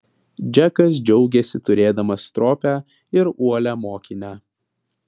džekas džiaugėsi turėdamas stropią ir uolią mokinę